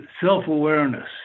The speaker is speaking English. self-awareness